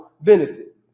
benefit